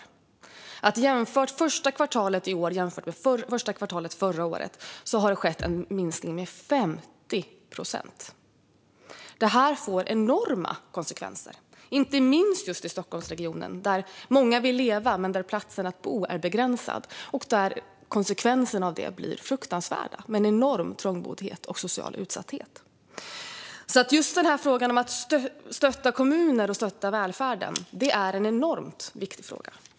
Om man jämför första kvartalet i år med första kvartalet förra året har det skett en minskning med 50 procent. Detta får enorma konsekvenser, inte minst just i Stockholmsregionen där många vill leva men där platsen att bo är begränsad. Konsekvenserna av det blir fruktansvärda med en enorm trångboddhet och social utsatthet. Just frågan om att stötta kommuner och att stötta välfärden är enormt viktig.